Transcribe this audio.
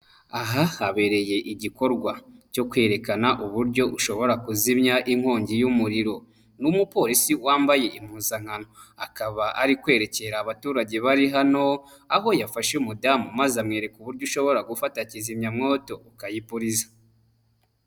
Aha habereye igikorwa, cyo kwerekana uburyo ushobora kuzimya inkongi y'umuriro. Ni umupolisi wambaye impuzankano, akaba ari kwerekera abaturage bari hano, aho yafashe umudamu maze amwereka uburyo ushobora gufata Kizimyamwoto ukayipuriza.